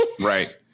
Right